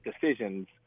decisions